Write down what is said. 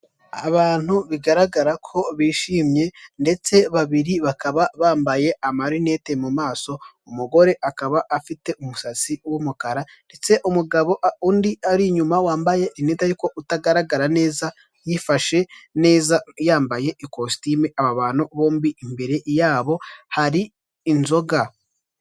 Abantu bigaragara ko bishimye ndetse babiri bakaba bambaye amarinete mu maso, umugore akaba afite umusatsi w'umukara ndetse umugabo, undi ari inyuma wambaye impeta utagaragara neza yifashe neza yambaye ikositimu, aba bantu bombi imbere yabo hari inzoga.